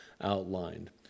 outlined